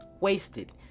wasted